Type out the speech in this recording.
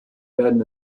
werden